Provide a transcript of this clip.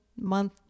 month